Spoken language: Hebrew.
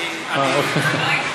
אני, אה, אוקיי.